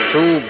Two